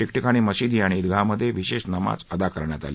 ठिकठिकाणी मशिदी आणि ईदगाह मधे विशेष नमाज अदा करण्यात आली